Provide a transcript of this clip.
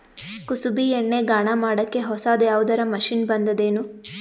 ಕುಸುಬಿ ಎಣ್ಣೆ ಗಾಣಾ ಮಾಡಕ್ಕೆ ಹೊಸಾದ ಯಾವುದರ ಮಷಿನ್ ಬಂದದೆನು?